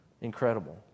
Incredible